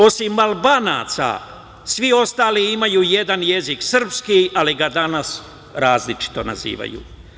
Osim Albanaca, svi ostali imaju jedan jezik, srpski, ali ga danas različito nazivaju.